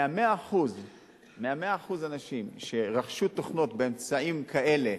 מ-100% אנשים שרכשו תוכנות באמצעים כאלה,